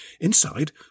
Inside